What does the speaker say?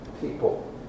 people